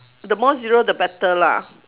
the more zero the better lah